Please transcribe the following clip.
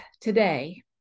today